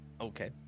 okay